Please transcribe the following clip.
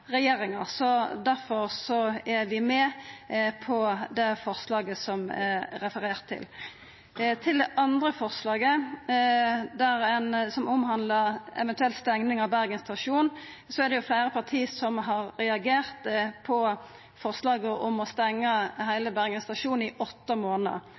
regjeringa. Difor er vi med på forslaget det er referert til. Til det andre forslaget, som omhandlar eventuell stenging av Bergen stasjon, er det fleire parti som har reagert på forslaget om å stengja heile Bergen stasjon i åtte månader.